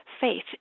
faith